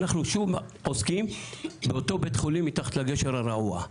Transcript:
אנחנו שוב עוסקים באותו בית חולים מתחת לגשר הרעוע.